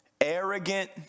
arrogant